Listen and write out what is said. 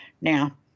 Now